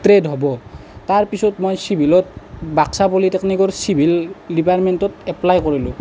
trade হ'ব তাৰপিছত মই চিভিলত বাক্সা পলিটেকনিকৰ চিভিল ডিপাৰ্টমেণ্টত এপ্লাই কৰিলোঁ